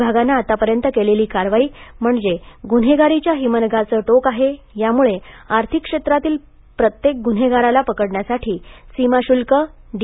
विभागानं आता पर्यंत केलेली कारवाई म्हणजे गुन्हेगारीच्या हिमनगाचं टोक आहे त्यामुळे आर्थिक क्षेत्रातील प्रत्येक गुन्हेगाराला पकडण्यासाठी सीमाशुल्क डी